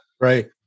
Right